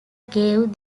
gave